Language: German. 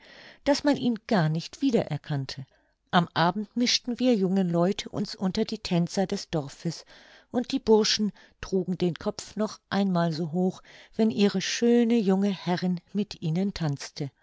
daß man ihn gar nicht wieder erkannte am abend mischten wir jungen leute uns unter die tänzer des dorfes und die burschen trugen den kopf noch einmal so hoch wenn ihre schöne junge herrin mit ihnen tanzte